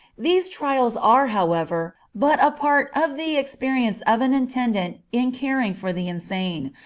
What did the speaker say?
these trials are, however, but a part of the experience of an attendant in caring for the insane,